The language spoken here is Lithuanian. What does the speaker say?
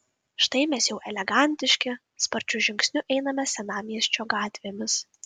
štai mes jau elegantiški sparčiu žingsniu einame senamiesčio gatvėmis